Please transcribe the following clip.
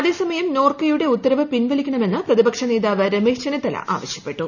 അതേസമയം നോർക്കയുടെ ഉത്തരവ് പിൻവലിക്കണമെന്ന് പ്രതിപക്ഷ നേതാവ് രമേശ് ചെന്നിത്തല ആവശ്യപ്പെട്ടു